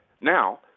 Now